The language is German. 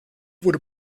wurde